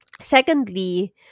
Secondly